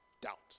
doubt